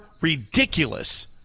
ridiculous